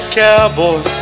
cowboy